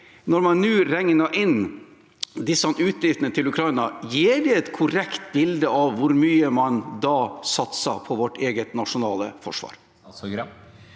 Når man nå regner inn disse utgiftene til Ukraina, gir det et korrekt bilde av hvor mye man da satser på vårt eget nasjonale forsvar?